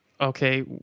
okay